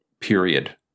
period